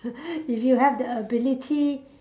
if you have the ability